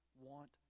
want